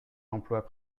emplois